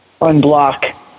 unblock